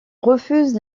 refuse